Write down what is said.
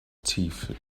teeth